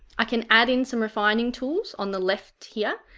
i can add in some refining tools on the left here.